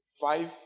five